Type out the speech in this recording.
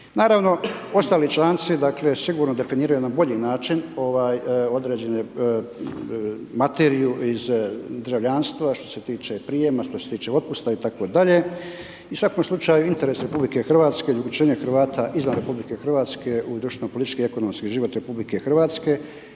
Naravno, ostali članci dakle sigurno definiraju na bolji način određene materiju iz državljanstva što se tiče prijema, što se tiče otpusta itd. I u svakom slučaju interes RH .../nerazumljivo/... Hrvata izvan RH u društveno, politički i ekonomski život RH, i zapravo